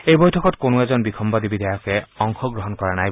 এই বৈঠকত কোনো এজন বিসম্বাদী বিধায়কে অংশ গ্ৰহণ কৰা নাই